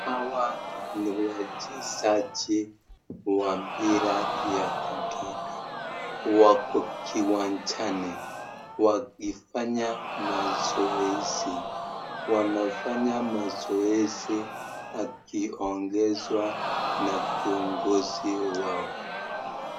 Hawa ni wachezaji wa mpira ya kadada wako kiwanjani wakifanya mazoezi. Wanafanya mazoezi wakiongezwa na viongozi wao.